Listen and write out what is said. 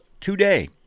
today